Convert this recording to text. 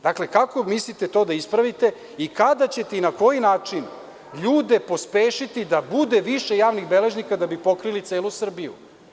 Dakle, kako mislite da to ispravite i kada ćete i na koji način ljude pospešiti da bude više javnih beležnika, da bi pokrili celu Srbiju?